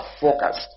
focused